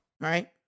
Right